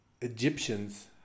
Egyptians